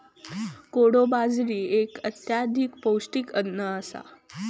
कोडो बाजरी एक अत्यधिक पौष्टिक अन्न आसा